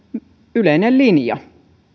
yleinen linja